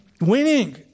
winning